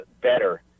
better